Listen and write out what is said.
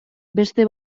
beste